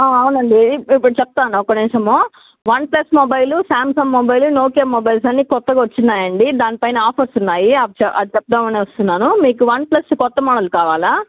అవునండీ ఇప్పుడు చెప్తాను ఒక నిమిషము OnePlus mobile Samsung mobile Nokia mobiles అన్ని క్రొత్తగా వచ్చి ఉన్నాయి అండి దానిపైన ఆఫర్స్ ఉన్నాయి అది చెబుదామని వస్తున్నాను మీకు వన్ ప్లస్ క్రొత్త మోడల్ కావాలా